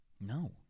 no